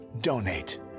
donate